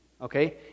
okay